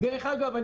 דרך אגב,